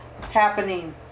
happening